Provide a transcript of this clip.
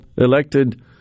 elected